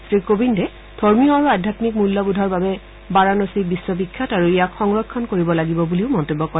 শ্ৰীকোবিন্দে ধৰ্মীয় আৰু আধ্যান্মিক মূল্যবোৰ বাবে বাৰানসী বিশ্ববিখ্যাত আৰু ইয়াক সংৰক্ষম কৰিব লাগিব বুলিও মন্তব্য কৰে